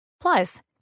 Plus